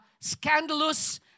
scandalous